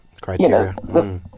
criteria